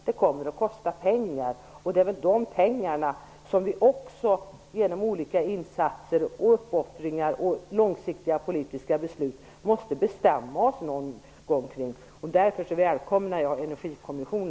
Det kommer att kosta pengar, och någon gång måste vi bestämma oss för hur vi skall agera vad gäller dessa pengar genom olika insatser, uppoffringar och långsiktiga politiska beslut. Därför välkomnar jag en energikommission.